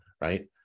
Right